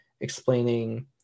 explaining